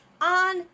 on